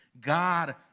God